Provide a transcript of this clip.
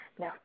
No